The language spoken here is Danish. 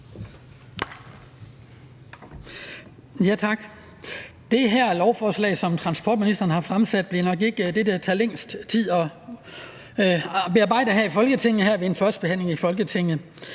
Det her lovforslag, som transportministeren har fremsat, bliver nok ikke det, det tager længst tid at førstebehandle her i Folketinget.